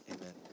amen